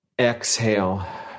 Exhale